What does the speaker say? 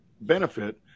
benefit